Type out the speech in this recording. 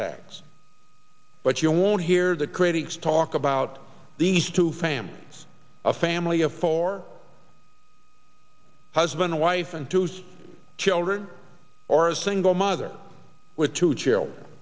tax but you won't hear the critics talk about these two families a family of four husband a wife and two so children or a single mother with two children